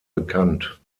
bekannt